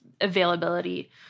availability